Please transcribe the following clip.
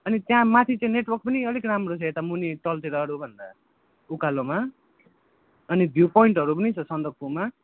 अनि त्यहाँमाथि चाहिँ नेटवर्क पनि अलिक राम्रो छ यता मुनि तलतिरहरूभन्दा उकालोमा अनि भ्यु पोइन्टहरू पनि छ सन्दकफूमा